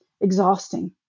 exhausting